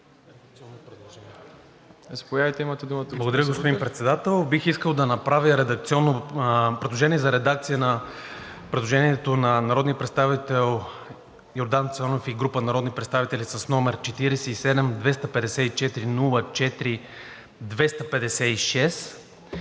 господин Председател. Бих искал да направя предложение за редакция на предложението на народния представител Йордан Цонев и група народни представители с № 47-254-04-256.